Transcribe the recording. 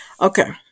Okay